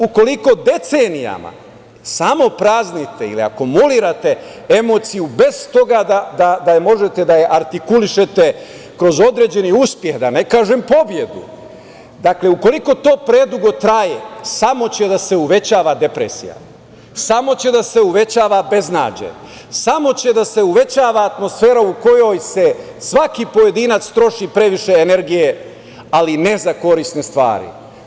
Ukoliko decenijama samo praznite ili akumulirate emociju bez toga da možete da je artikulišete kroz određeni uspeh, da ne kažem pobedu, dakle ukoliko to predugo traje, samo će da se uvećava depresija, samo će da se uvećava beznađe, samo će da se uvećava atmosfera u kojoj svaki pojedinac troši previše energije, ali ne za korisne stvari.